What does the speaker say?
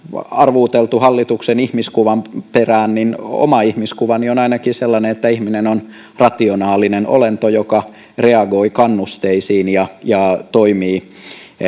arvuuteltu hallituksen ihmiskuvan perään niin oma ihmiskuvani on ainakin sellainen että ihminen on rationaalinen olento joka reagoi kannusteisiin ja ja toimii